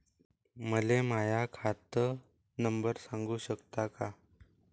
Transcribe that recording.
मले माह्या खात नंबर सांगु सकता का?